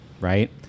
right